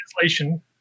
translation